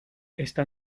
esta